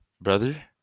brother